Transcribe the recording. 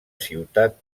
ciutat